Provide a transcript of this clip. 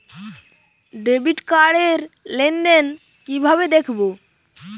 Debit card র লেনদেন কিভাবে দেখবো?